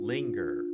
Linger